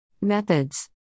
Methods